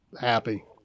happy